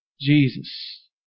Jesus